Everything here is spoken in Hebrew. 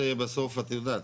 זה בסוף את יודעת,